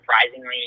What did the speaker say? surprisingly